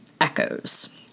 echoes